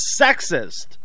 sexist